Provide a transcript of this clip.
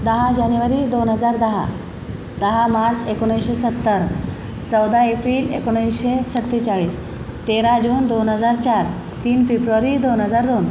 दहा जानेवारी दोन हजार दहा दहा मार्च एकोणवीसशे सत्तर चौदा एप्रिल एकोणवीसशे सत्तेचाळीस तेरा जून दोन हजार चार तीन फेब्रुवारी दोन हजार दोन